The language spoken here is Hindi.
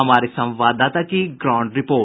हमारे संवाददाता की ग्राउंड रिपोर्ट